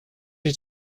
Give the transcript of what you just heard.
ich